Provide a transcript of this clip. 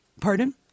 Pardon